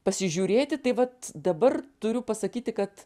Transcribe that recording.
pasižiūrėti tai vat dabar turiu pasakyti kad